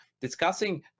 discussing